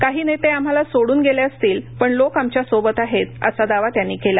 काही नेते आम्हाला सोडून गेले असतील पण लोक आमच्या सोबत आहेत असा दावा त्यांनी केला